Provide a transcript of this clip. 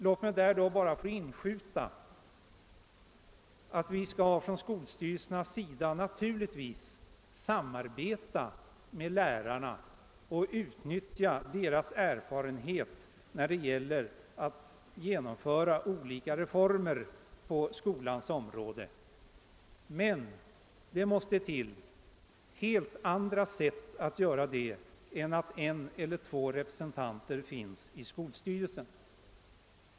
Låt mig bara få inskjuta att skolstyrelserna naturligtvis skall samarbeta med lärarna och utnyttja deras erfarenhet när det gäller att genomföra olika reformer på skolans område, men det krävs helt andra metoder än att tillsätta en eller två representanter i skolstyrelsen.